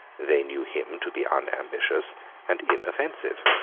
they knew him to be unambitious and inoffensive.